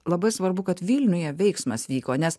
labai svarbu kad vilniuje veiksmas vyko nes